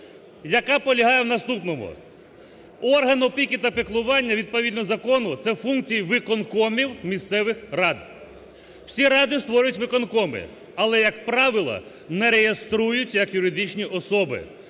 яка полягає в наступному. Орган опіки та піклування відповідно закону – це функції виконкомів місцевих рад. Всі ради створюють виконкоми, але, як правило, не реєструються, як юридичні особи,